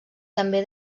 també